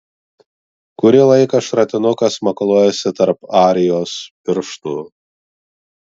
kurį laiką šratinukas makaluojasi tarp arijos pirštų